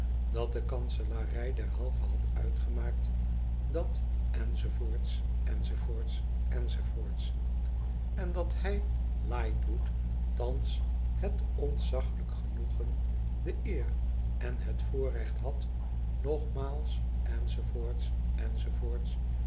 dat de kanselarij derhalve had uitgemaakt dat enz enz enz en dat hij lightwood thans het ontzaglijke genoegen de eer en het voorrecht had nogmaals